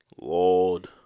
Lord